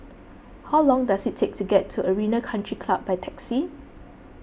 how long does it take to get to Arena Country Club by taxi